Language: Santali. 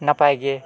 ᱱᱟᱯᱟᱭ ᱜᱮ